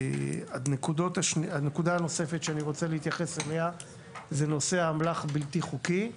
הנקודה הנוספת שאני רוצה להתייחס אליה היא נושא האמל"ח הבלתי חוקי.